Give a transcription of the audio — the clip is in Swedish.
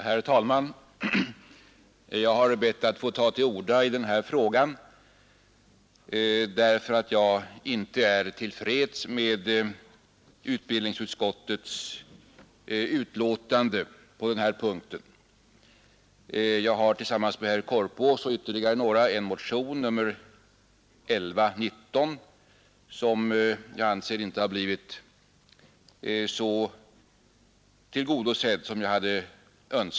Herr talman! Jag har begärt ordet därför att jag inte är till freds med utbildningsutskottets betänkande på denna punkt. Tillsammans med bl.a. herr Korpås har jag väckt motionen 1119, som jag inte anser har blivit så tillgodosedd som jag hade önskat.